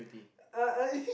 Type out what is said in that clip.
uh uh